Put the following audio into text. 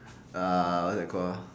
ah what's that called uh